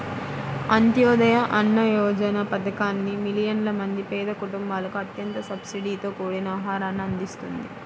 అంత్యోదయ అన్న యోజన పథకాన్ని మిలియన్ల మంది పేద కుటుంబాలకు అత్యంత సబ్సిడీతో కూడిన ఆహారాన్ని అందిస్తుంది